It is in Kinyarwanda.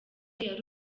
yari